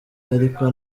ariko